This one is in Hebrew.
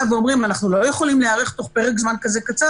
ואומרים: אנחנו לא יכולים להיערך בתוך פרק זמן קצר כזה,